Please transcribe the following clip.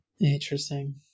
Interesting